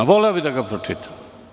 Voleo bih da ga pročitam.